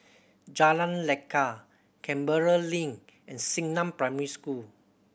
Jalan Lekar Canberra Link and Xingnan Primary School